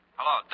Hello